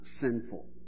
sinful